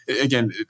again